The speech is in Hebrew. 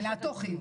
אלא התוכן.